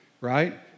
right